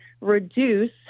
reduce